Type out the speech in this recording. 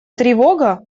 тревога